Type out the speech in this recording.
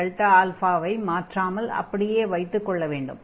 αΔα ஐ மாற்றாமல் அப்படியே வைத்துக் கொள்ள வேண்டும்